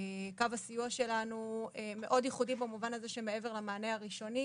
קו הסיוע שלנו מאוד ייחודי במובן הזה שמעבר למענה הראשוני.